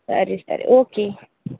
ಸರಿ ಸರಿ ಓಕೆ